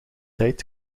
tijd